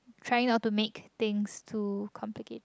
trying not the make things too complicated